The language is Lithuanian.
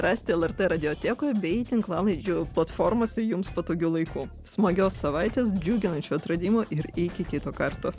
rasite lrt radiotekoje bei tinklalaidžių platformose jums patogiu laiku smagios savaitės džiuginančių atradimų ir iki kito karto